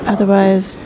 Otherwise